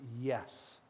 yes